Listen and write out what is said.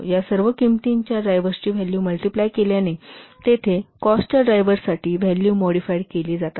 या सर्व किंमतींच्या ड्रायव्हर्सची व्हॅल्यू मल्टिप्लाय केल्याने तेथे कॉस्ट ड्रायव्हर्ससाठी व्हॅल्यू मॉडिफाइड केली जातात